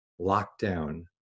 lockdown